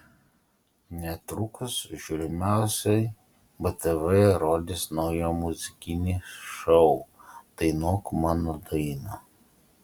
netrukus žiūrimiausiai btv rodys naują muzikinį šou dainuok mano dainą